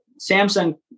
Samsung